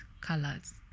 colors